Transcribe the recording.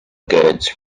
goods